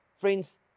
Friends